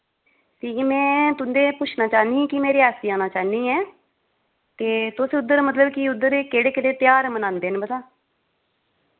की कि में तुं'दे शा पुच्छना चाह्न्नीं कि में रेआसी आना चाह्न्नी ऐ ते तुस उद्धर मतलब कि उद्धर एह् केह्ड़े केह्ड़े तेहार मनांदे न पता